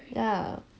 ya